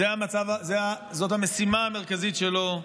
זאת המשימה המרכזית שלו.